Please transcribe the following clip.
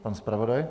Pan zpravodaj.